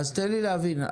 תן לי להבין.